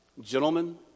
Gentlemen